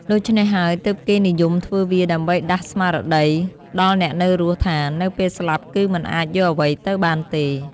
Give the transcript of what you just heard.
ដូច្នេះហើយទើបគេនិយមធ្វើវាដើម្បីដាស់ស្មារតីដល់អ្នកនៅរស់ថានៅពេលស្លាប់គឺមិនអាចយកអ្វីទៅបានទេ។